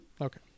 okay